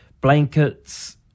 blankets